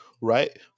Right